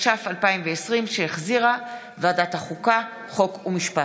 התש"ף 2020, שהחזירה ועדת החוקה, חוק ומשפט.